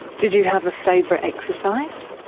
did you have a favourite exercise?